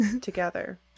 together